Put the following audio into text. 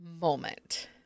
moment